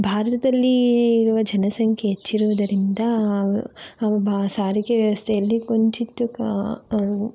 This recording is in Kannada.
ಭಾರತದಲ್ಲಿ ಇರುವ ಜನಸಂಖ್ಯೆ ಹೆಚ್ಚಿರುವುದರಿಂದ ಅವು ಸಾರಿಗೆ ವ್ಯವಸ್ಥೆಯಲ್ಲಿ ಕಿಂಚಿತ್ತು